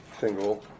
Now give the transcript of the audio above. single